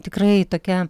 tikrai tokia